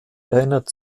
erinnert